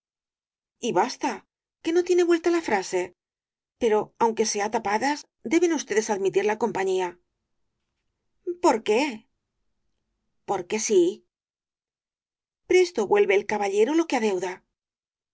y basta que no tiene vuelta la frase pero aunque sea tapadas deben ustedes admitir la compañía por qué porque sí presto vuelve el caballero lo que adeuda